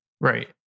Right